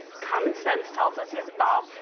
common sense tells us he's involved,